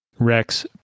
rex